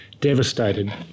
Devastated